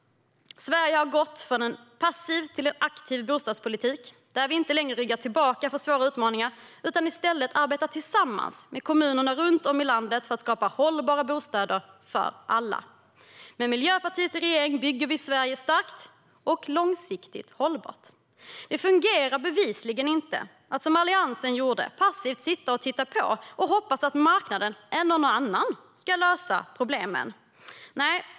Sverige har gått från en passiv till en aktiv bostadspolitik där vi inte ryggar tillbaka för svåra utmaningar utan i stället arbetar tillsammans med kommunerna runt om i landet för att skapa hållbara bostäder för alla. Med Miljöpartiet i regeringen bygger vi Sverige starkt och långsiktigt hållbart. Det fungerar bevisligen inte att som Alliansen gjorde passivt sitta och titta på och hoppas att marknaden eller någon annan ska lösa problemen.